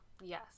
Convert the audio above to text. Yes